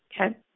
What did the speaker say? okay